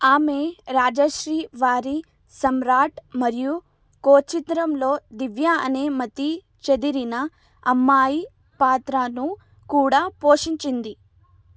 ఆమె రాజశ్రీ వారి సమ్రాట్ మరియు కో చిత్రంలో దివ్య అనే మతిచెదిరిన అమ్మాయి పాత్రను కూడా పోషించింది